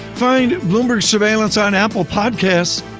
find bloomberg surveillance on apple podcasts,